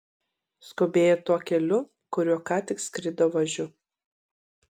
skubėjo tuo keliu kuriuo ką tik skrido važiu